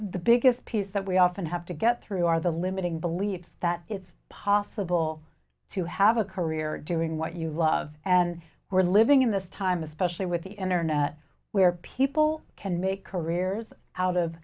the biggest piece that we often have to get through are the limiting belief that it's possible to have a career doing what you love and we're living in this time especially with the internet where people can make careers out of